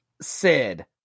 sid